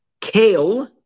Kale